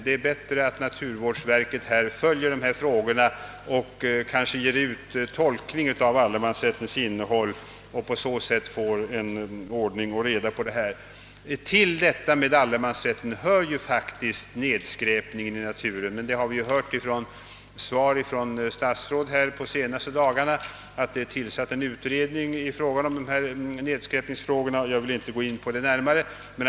Det är bättre att naturvårdsverket följer dessa frågor och kanske publicerar tolkning av allemansrättens innehåll, så att vi på det sättet får ordning och reda på området. Till detta med allemansrätten hör ju faktiskt nedskräpningen i naturen. Men i svar från statsråd under senaste tiden har besked lämnats om att en utredning tillsatts i frågan, och jag skall därför inte gå närmare in på saken.